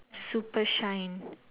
super shine